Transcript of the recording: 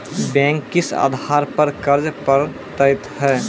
Bank किस आधार पर कर्ज पड़तैत हैं?